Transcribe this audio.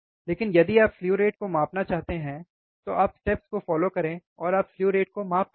लेकिन यदि आप स्लु रेट को मापना चाहते हैं तो आप स्टेप्स को फ़ौलो करें और आप स्लु रेट को माप पाएंगे